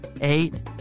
eight